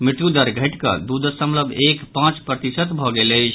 मृत्युदर घटिकऽ दू दशमलव एक पांच प्रतिशत भऽ गेल अछि